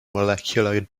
molecular